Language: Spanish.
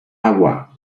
agua